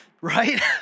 Right